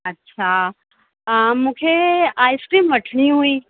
अच्छा हा मूंखे आइस्क्रीम वठिणी हुई